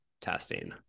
testing